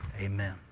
Amen